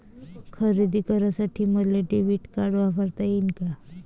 खरेदी करासाठी मले डेबिट कार्ड वापरता येईन का?